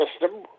system